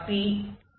ஆகையால் ∇f